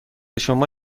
شما